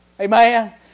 Amen